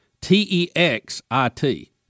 T-E-X-I-T